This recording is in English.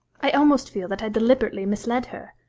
i almost feel that i deliberately misled her.